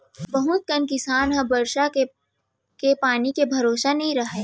बहुत कन किसान ह बरसा के पानी के भरोसा नइ रहय